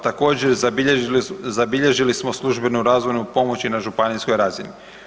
Također zabilježili smo službenu razvojnu pomoć i na županijskoj razini.